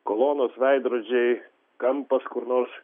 kolonos veidrodžiai kampas kur nors